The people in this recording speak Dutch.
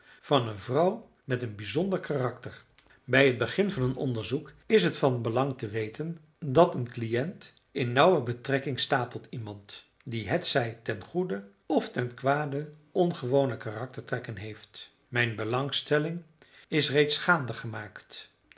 van een vrouw met een bijzonder karakter bij het begin van een onderzoek is het van belang te weten dat een cliënt in nauwe betrekking staat tot iemand die hetzij ten goede of ten kwade ongewone karaktertrekken heeft mijn belangstelling is reeds gaande gemaakt